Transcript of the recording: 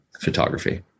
photography